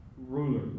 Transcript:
ruler